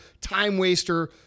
time-waster